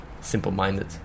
simple-minded